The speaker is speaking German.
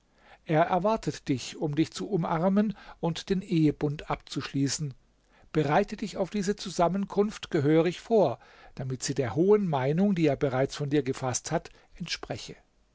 er erwartet dich um dich zu umarmen und den ehebund abzuschließen bereite dich auf diese zusammenkunft gehörig vor damit sie der hohen meinung die er bereits von dir gefaßt hat entspreche